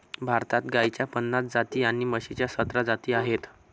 भारतात गाईच्या पन्नास जाती आणि म्हशीच्या सतरा जाती आहेत